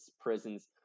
prisons